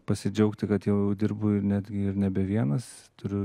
pasidžiaugti kad jau dirbu ir netgi nebe vienas turiu